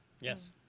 Yes